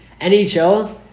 NHL